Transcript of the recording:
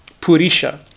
purisha